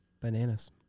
bananas